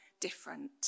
different